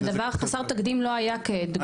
שזה דבר חסר תקדים, לא היה כדוגמתו.